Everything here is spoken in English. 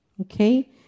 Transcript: Okay